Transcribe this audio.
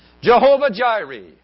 Jehovah-Jireh